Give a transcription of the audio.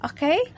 Okay